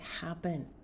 happen